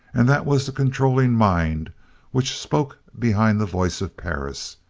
and that was the controlling mind which spoke behind the voice of perris,